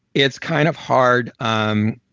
it's kind of hard um